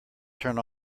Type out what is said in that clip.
turn